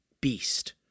beast